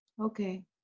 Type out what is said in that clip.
okay